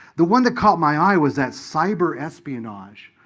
the one that caught my eye was that cyber-espionage,